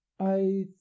I